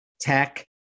tech